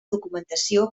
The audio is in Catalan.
documentació